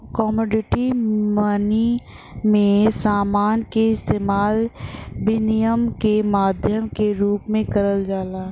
commodity money में समान क इस्तेमाल विनिमय के माध्यम के रूप में करल जाला